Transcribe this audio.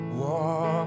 walk